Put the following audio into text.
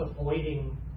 avoiding